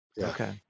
Okay